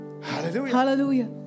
Hallelujah